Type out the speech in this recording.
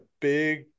big